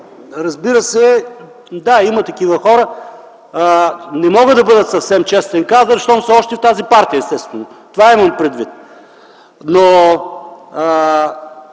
разбира се, да, има такива хора, не могат да бъдат съвсем честен кадър, щом са още в тази партия, естествено. Това имам предвид.